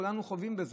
כולנו חווים את זה.